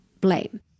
blame